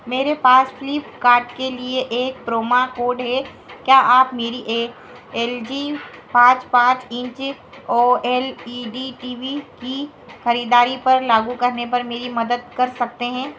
मेरे पास फ्लीपकार्ट के लिए एक प्रोमा कोड है क्या आप इसे मेरी एल जी पाँच पाँच inch O L E D T V की ख़रीदारी पर लागू करने पर मेरी मदद कर सकते हैं